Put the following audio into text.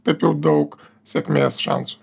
taip jau daug sėkmės šansų